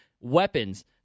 Weapons